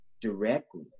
directly